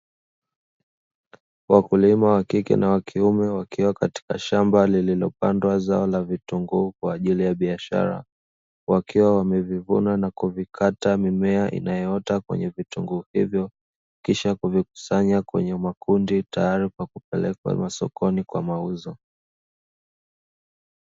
Wakulima wa kikea na kiume wakiwepo katika shamba lililopandwa zao ya vitunguu kwa ajili ya biashara, wakiwa wamevuvina na kukata mimea inayoota kwenye vitunguu hivyo, kisha kuvikusanya kimakundi tayari kwa kupelekwa sokoni kwa mauzo.